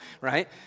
right